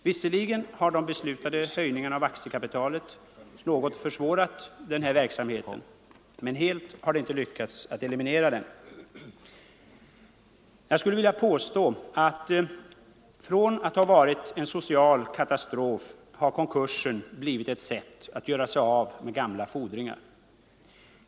Visserligen har de beslutade höjningarna av aktiekapitalet något försvårat sådan verksamhet, men helt har det inte lyckats att eliminera den. Jag skulle vilja påstå att konkursen från att ha varit en social katastrof har blivit ett sätt att göra sig av med gamla fordringar.